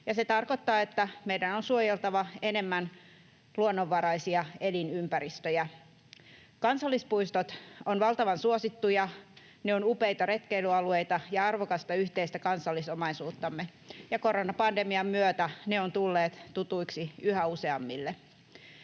se tarkoittaa, että meidän on suojeltava enemmän luonnonvaraisia elinympäristöjä. Kansallispuistot ovat valtavan suosittuja, ne ovat upeita retkeilyalueita ja arvokasta yhteistä kansallisomaisuuttamme, ja koronapandemian myötä ne ovat tulleet tutuiksi yhä useammille.